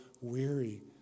weary